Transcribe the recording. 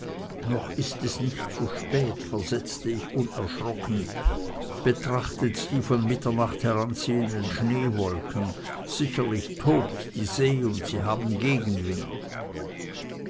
noch ist es nicht zu spät versetzte ich unerschrocken betrachtet die von mitternacht heranziehenden schneewolken sicherlich tobt die see und sie haben gegenwind